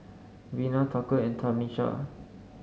Vena Tucker and Tamisha